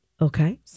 okay